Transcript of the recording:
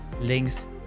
links